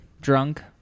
drunk